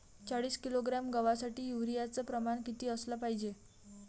चाळीस किलोग्रॅम गवासाठी यूरिया च प्रमान किती असलं पायजे?